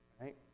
Right